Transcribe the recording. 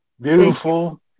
Beautiful